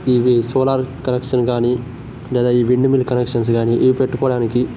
ఇవి solar connection గానీ లేదా ఈ విండ్ మిల్లు కనెక్షన్స్ గానీ ఇవి పెట్టుకోవడానికి